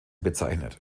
bezeichnet